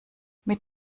mit